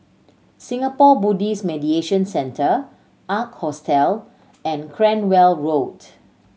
Singapore Buddhist Meditation Centre Ark Hostel and Cranwell Road